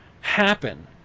happen